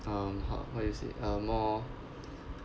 um how how do you say more